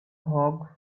hog